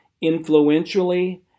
influentially